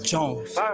Jones